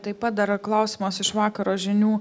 taip pat dar klausimas iš vakaro žinių